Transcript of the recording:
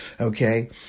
Okay